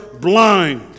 blind